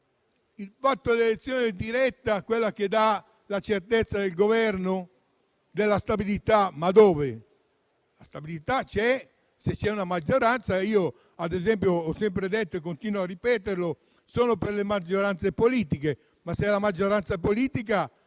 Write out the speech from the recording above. problema dell'elezione diretta, quella che dà la certezza e la stabilità del Governo. La stabilità c'è se c'è una maggioranza: io, ad esempio, ho sempre detto e continuo a ripetere che sono per le maggioranze politiche, ma maggioranza politica